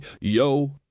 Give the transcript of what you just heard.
yo